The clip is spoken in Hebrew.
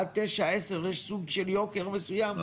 עד 9-10 יש סוג של יוקר מסוים,